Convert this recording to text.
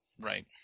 Right